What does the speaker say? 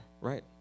right